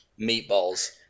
meatballs